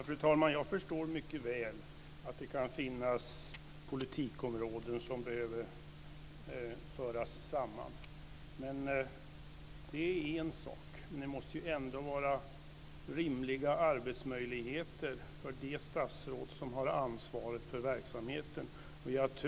Fru talman! Jag förstår mycket väl att det kan finnas politikområden som behöver föras samman. Det är en sak, men det måste ändå vara rimliga arbetsmöjligheter för det statsråd som har ansvaret för verksamheten.